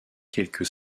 quelque